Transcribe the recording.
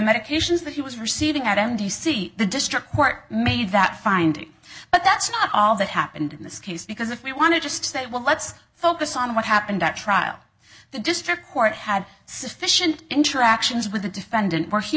medications that he was receiving at n b c the district court made that finding but that's not all that happened in this case because if we want to just say well let's focus on what happened at trial the district court had sufficient interactions with the defendant where he